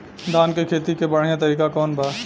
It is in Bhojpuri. धान के खेती के बढ़ियां तरीका कवन बा?